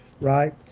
right